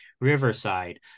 Riverside